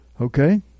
Okay